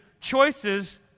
choices